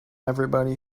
everybody